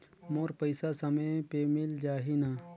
मोर पइसा समय पे मिल जाही न?